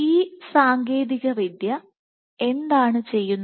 ഈ സാങ്കേതികവിദ്യ എന്താണ് ചെയ്യുന്നത്